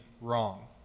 wrong